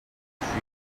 from